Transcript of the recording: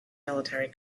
military